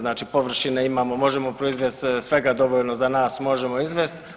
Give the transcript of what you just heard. Znači površine imamo, možemo proizvesti svega dovoljno za nas, možemo izvest.